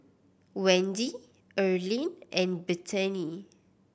Wende Earline and Bethany